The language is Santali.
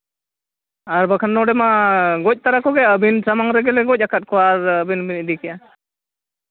ᱟᱨ ᱵᱟᱠᱷᱟᱱ ᱱᱚᱰᱮ ᱢᱟ ᱜᱚᱡ ᱛᱟᱨᱟ ᱠᱚᱜᱮ ᱟᱹᱵᱤᱱ ᱥᱟᱢᱟᱝ ᱨᱮᱜᱮ ᱞᱮ ᱜᱚᱡ ᱟᱠᱟᱫ ᱠᱚᱣᱟ ᱟᱨ ᱟᱹᱵᱤᱱ ᱵᱤᱱ ᱤᱫᱤ ᱠᱮᱜᱼᱟ